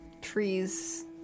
trees